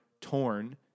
Torn